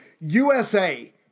USA